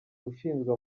ushinzwe